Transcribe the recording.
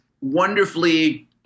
wonderfully